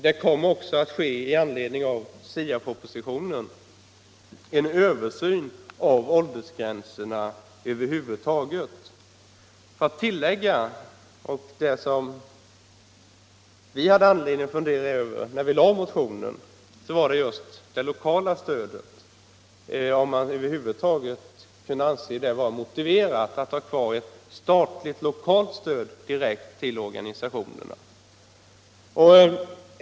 Det kommer också - i anledning av SIA propositionen — att företas en översyn av åldersgränserna över huvud taget. Jag vill här tillägga att vi när vi väckte motionen hade anledning att fundera över det lokala stödet och om det över huvud taget kunde anses motiverat att ha kvar ett statligt stöd direkt till de lokala organisationerna.